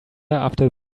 after